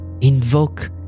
Invoke